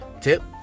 Tip